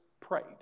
prayed